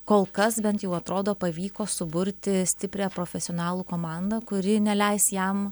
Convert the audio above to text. kol kas bent jau atrodo pavyko suburti stiprią profesionalų komandą kuri neleis jam